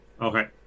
Okay